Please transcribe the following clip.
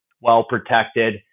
well-protected